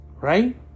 right